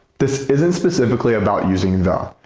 this isn't specifically about using the,